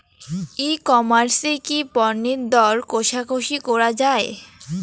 ই commerce এ কি পণ্যের দর কশাকশি করা য়ায়?